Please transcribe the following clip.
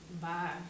bye